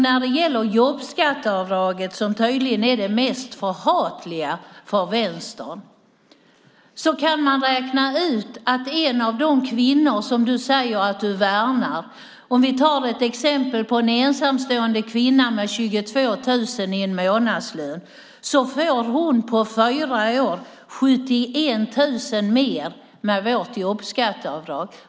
När det gäller jobbskatteavdraget, som tydligen är det mest förhatliga för Vänstern, kan vi räkna ut vad en av de kvinnor som Amineh säger sig värna fått. Låt oss ta ett exempel med en ensamstående kvinna. Med 22 000 kronor i månadslön får hon under fyra år sammanlagt 71 000 kronor mer med vårt jobbskatteavdrag.